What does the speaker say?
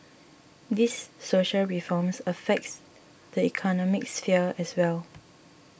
these social reforms affects the economic sphere as well